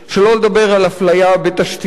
שלא לדבר על אפליה בתשתיות,